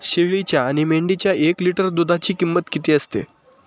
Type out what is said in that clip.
शेळीच्या आणि मेंढीच्या एक लिटर दूधाची किंमत किती असते?